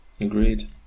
agreed